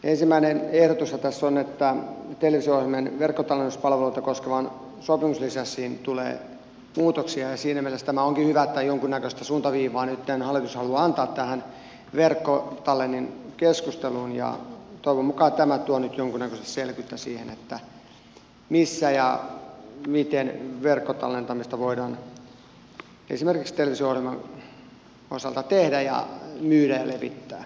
ensimmäinen ehdotushan tässä on että televisio ohjelmien verkkotallennuspalveluita koskevaan sopimuslisenssiin tulee muutoksia ja siinä mielessä tämä onkin hyvä että jonkunnäköistä suuntaviivaa nyt hallitus haluaa antaa tähän verkkotallenninkeskusteluun ja toivon mukaan tämä tuo nyt jonkunnäköistä selvyyttä siihen missä ja miten verkkotallentamista voidaan esimerkiksi televisio ohjelman osalta tehdä ja myydä ja levittää